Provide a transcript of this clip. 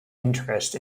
interest